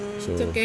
so